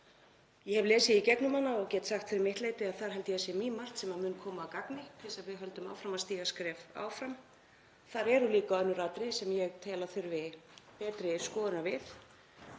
Ég hef lesið í gegnum hana og get sagt fyrir mitt leyti að þar held ég að sé mýmargt sem muni koma að gagni til að við höldum áfram að stíga skref áfram. Þar eru líka önnur atriði sem ég tel að þurfi betri skoðunar við